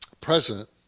president